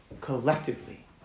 collectively